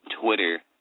Twitter